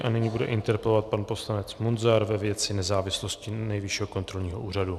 A nyní bude interpelovat pan poslanec Munzar ve věci nezávislosti Nejvyššího kontrolního úřadu.